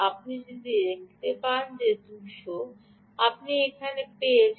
আপনি দেখতে পাচ্ছেন আপনি এখানে 200 পেয়েছেন